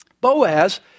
Boaz